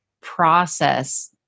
process